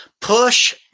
push